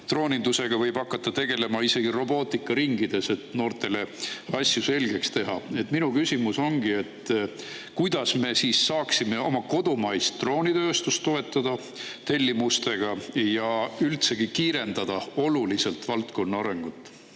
Droonindusega võib hakata tegelema isegi robootikaringides, et noortele asju selgeks teha. Minu küsimus ongi: kuidas me saaksime oma kodumaist droonitööstust toetada tellimustega ja üldsegi kiirendada oluliselt valdkonna arengut?